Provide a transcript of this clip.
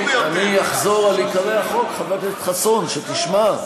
אני אחזור על עיקרי החוק, חבר הכנסת חסון, שתשמע.